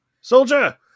soldier